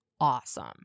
awesome